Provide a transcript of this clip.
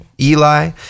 Eli